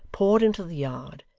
poured into the yard,